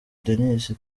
dennis